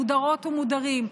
מודרות ומודרים,